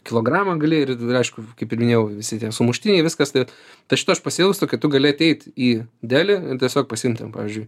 kilogramą gali ir aišku kaip ir minėjau visi tie sumuštiniai viskas tai vat tai šito aš pasiilgstu kai tu gali ateit į delį ir tiesiog pasiimt ten pavyzdžiui